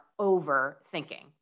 overthinking